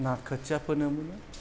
ना खोथिया फोनो मोनो